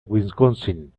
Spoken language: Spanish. wisconsin